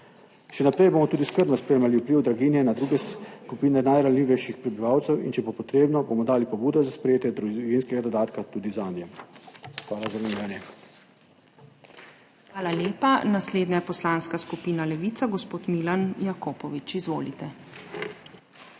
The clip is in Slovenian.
Še naprej bomo tudi skrbno spremljali vpliv draginje na druge skupine najranljivejših prebivalcev in če bo potrebno, bomo dali pobudo za sprejetje družinskega dodatka tudi zanje. Hvala. PREDSEDNICA MAG. URŠKA KLAKOČAR ZUPANČIČ: Hvala lepa. Naslednja je Poslanska skupina Levica. Gospod Milan Jakopovič, izvolite.